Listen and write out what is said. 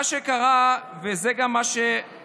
מה שקרה, וזה גם מה שמביא